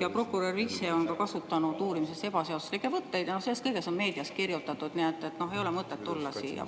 ja prokurör ise on kasutanud uurimises ebaseaduslikke võtteid. Sellest kõigest on meedias kirjutatud. Nii et ei ole mõtet tulla siia valetama.